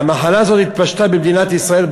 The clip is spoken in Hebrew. והמחלה הזאת התפשטה במדינת ישראל,